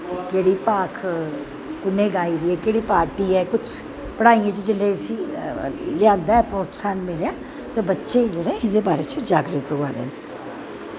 केह्ड़ी भाख कु'नै गाई दी ऐ कोह्ड़ी पार्टी ऐ कुछ पढाइयें च जिसलै इस्सी लेआंदा परोत्सान मिलेआ ते बच्चे जेह्ड़े एह्दै बारै जागरत होआ दे न